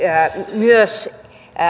myös